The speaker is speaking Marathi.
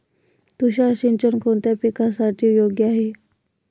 तुषार सिंचन कोणत्या पिकासाठी योग्य आहे?